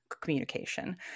communication